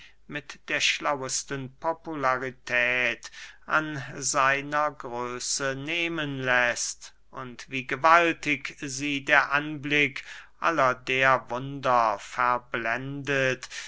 mit der schlauesten popularität an seiner größe nehmen läßt und wie gewaltig sie der anblick aller der wunder verblendet